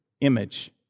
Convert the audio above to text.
image